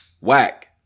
whack